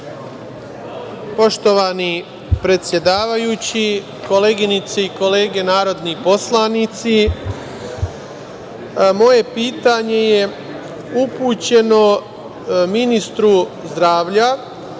Poštovani predsedavajući, koleginice i kolege narodni poslanici, moje pitanje je upućeno ministru zdravlja,